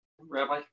Rabbi